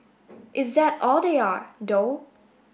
is that all they are though